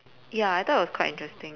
ya I thought it was quite interesting